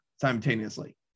simultaneously